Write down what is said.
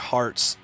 Hearts